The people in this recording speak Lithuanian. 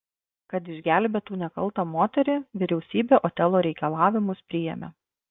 kad išgelbėtų nekaltą moterį vyriausybė otelo reikalavimus priėmė